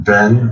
Ben